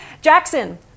Jackson